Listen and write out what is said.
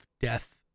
death